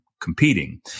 competing